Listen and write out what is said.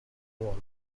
wall